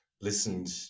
listened